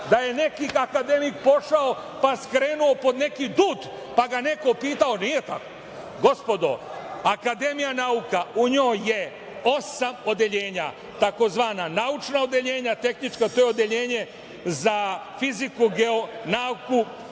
da je neki akademik pošao, pa skrenuo pod neki dud, pa ga neko pitao, nije tako. Gospodo, akademija nauka, u njoj je osam odeljenja, tzv. naučna odeljenja, tehnička, to je odeljenje za fiziku, geonauku